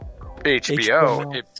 HBO